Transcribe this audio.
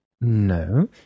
No